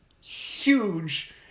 huge